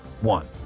one